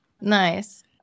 Nice